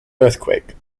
earthquake